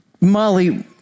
Molly